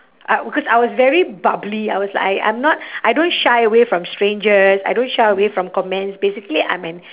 I because I was very bubbly I was like I I'm not I don't shy away from strangers I don't shy away from comments basically I'm an